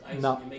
No